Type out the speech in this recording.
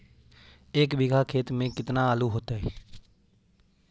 एक बिघा खेत में केतना आलू होतई?